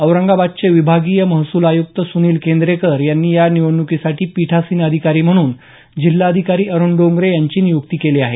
औरंगाबादचे विभागीय महसूल आयुक्त सुनील केंद्रेकर यांनी या निवडण्कीसाठी पीठासीन अधिकारी म्हणून जिल्हाधिकारी अरूण डोंगरे यांची नियुक्ती केली आहे